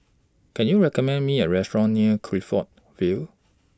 Can YOU recommend Me A Restaurant near Clifton Vale